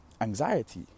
anxiety